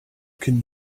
can